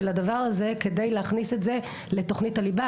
הדבר הזה כדי להכניס את זה לתוכנית הליבה.